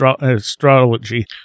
astrology